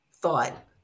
thought